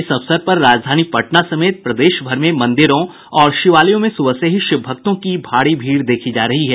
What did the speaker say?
इस अवसर पर राजधानी पटना समेत प्रदेश भर में मंदिरों और शिवालयों में सुबह से ही शिवभक्तों की भारी भीड़ देखी जा रही है